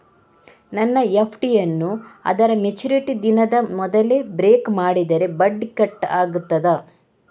ನನ್ನ ಎಫ್.ಡಿ ಯನ್ನೂ ಅದರ ಮೆಚುರಿಟಿ ದಿನದ ಮೊದಲೇ ಬ್ರೇಕ್ ಮಾಡಿದರೆ ಬಡ್ಡಿ ಕಟ್ ಆಗ್ತದಾ?